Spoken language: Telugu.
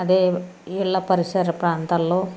అదే వీళ్ళ పరిసర ప్రాంతాల్లో